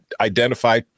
identify